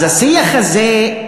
אז השיח הזה,